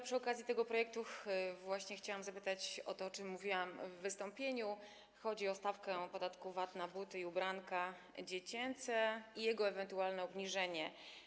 Przy okazji tego projektu chciałam zapytać o to, o czym mówiłam w wystąpieniu, chodzi o stawkę podatku VAT na buty i ubranka dziecięce i ewentualne jej obniżenie.